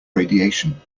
radiation